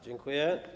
Dziękuję.